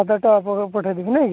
ସାଧା ଟା ଆପଣଙ୍କର ପଠେଇଦେବି ନାଇକି